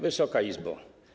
Wysoka Izbo!